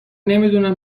نمیدونم